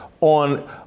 On